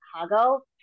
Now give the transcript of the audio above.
Chicago